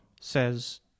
says